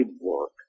work